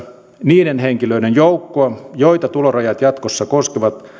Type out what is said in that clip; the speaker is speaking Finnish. niiden henkilöiden joukkoa joita tulorajat jatkossa koskevat